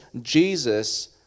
Jesus